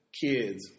kids